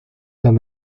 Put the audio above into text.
tan